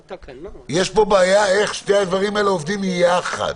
יש פה בעיה איך שני הדברים האלה עובדים יחד.